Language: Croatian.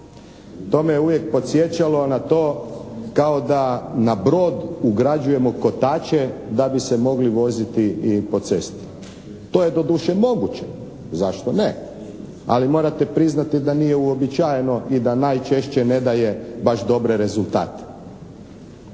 To me uvijek podsjećalo na to, kao da na brod ugrađujemo kotače da bi se mogli voziti i po cesti. To je doduše moguće, zašto ne, ali morate priznati da nije uobičajeno i da najčešće ne daje baš dobre rezultate.